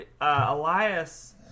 Elias